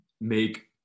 make